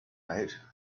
night